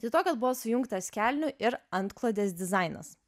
tai tuo kad buvo sujungtas kelnių ir antklodės dizainas